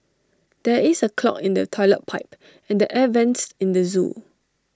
there is A clog in the Toilet Pipe and the air Vents in the Zoo